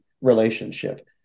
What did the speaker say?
relationship